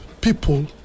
people